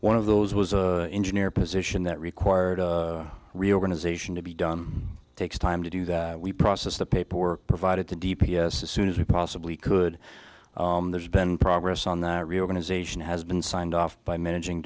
one of those was a engineer position that required a reorganization to be done takes time to do that we process the paperwork provided to d p s as soon as we possibly could there's been progress on that reorganization has been signed off by managing